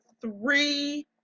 three